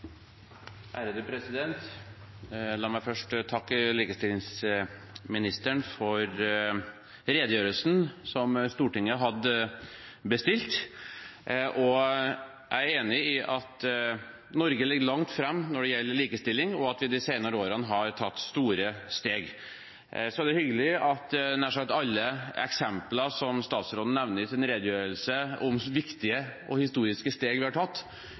enig i at Norge ligger langt framme når det gjelder likestilling, og at vi de senere årene har tatt store steg. Så er det hyggelig at nær sagt alle eksempler som statsråden nevner i sin redegjørelse om viktige og historiske steg vi har tatt,